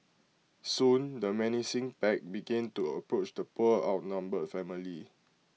soon the menacing pack began to approach the poor outnumbered family